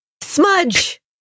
smudge